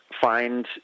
find